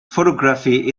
photography